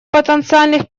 потенциальных